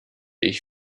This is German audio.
ich